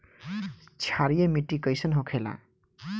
क्षारीय मिट्टी कइसन होखेला?